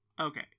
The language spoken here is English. Okay